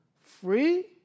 Free